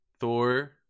Thor